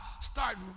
start